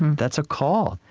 that's a call.